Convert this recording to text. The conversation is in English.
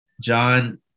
John